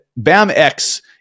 BAMX